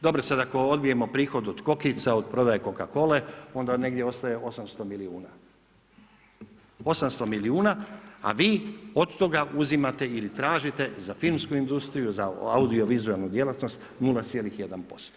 Dobro, sada ako odbijemo prihod od kokica od prodaje coca cole onda negdje ostaje 800 milijuna, 800 milijuna, a vi od toga uzimate ili tražite za filmsku industriju, za audiovizualnu djelatnost 0,1%